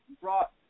brought